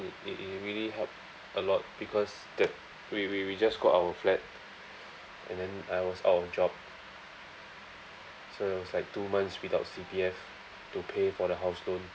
it it it really helped a lot because that we we we just got our flat and then I was out of job so it was like two months without C_P_F to pay for the house loan